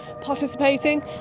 participating